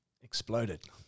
exploded